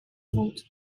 بود